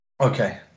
Okay